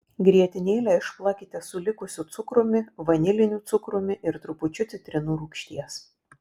grietinėlę išplakite su likusiu cukrumi vaniliniu cukrumi ir trupučiu citrinų rūgšties